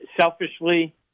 selfishly